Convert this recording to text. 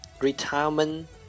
retirement